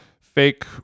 fake